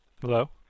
Hello